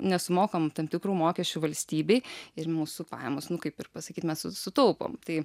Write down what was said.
nesumokam tam tikrų mokesčių valstybei ir mūsų pajamos nu kaip ir pasakyt mes su sutaupom tai